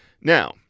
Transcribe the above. Now